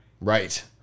Right